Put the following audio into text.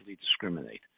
discriminate